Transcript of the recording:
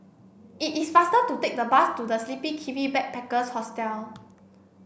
it is faster to take the bus to The Sleepy Kiwi Backpackers Hostel